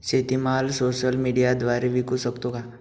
शेतीमाल सोशल मीडियाद्वारे विकू शकतो का?